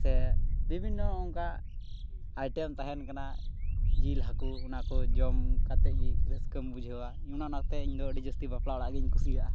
ᱥᱮ ᱵᱤᱵᱷᱤᱱᱱᱚ ᱚᱱᱠᱟ ᱟᱭᱴᱮᱢ ᱛᱟᱦᱮᱱ ᱠᱟᱱᱟ ᱡᱤᱞ ᱦᱟ ᱠᱩ ᱚᱱᱟ ᱠᱚ ᱡᱚᱢ ᱠᱟᱛᱮ ᱜᱮ ᱨᱟᱹᱥᱠᱟᱹᱢ ᱵᱩᱡᱷᱟᱹᱣᱟ ᱚᱱᱟᱛᱮ ᱤᱧ ᱫᱚ ᱟ ᱰᱤ ᱡᱟᱹᱥᱛᱤ ᱵᱟᱯᱞᱟ ᱚᱲᱟᱜ ᱜᱤᱧ ᱠᱩᱥᱤᱭᱟᱜᱼᱟ